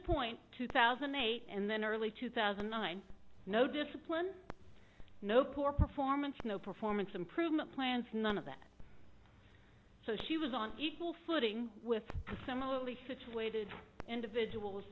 point two thousand and eight and then early two thousand and nine no discipline no poor performance no performance improvement plans none of that so she was on equal footing with a similarly situated individuals